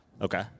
Okay